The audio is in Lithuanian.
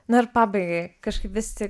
na ir pabaigai kažkaip vis tik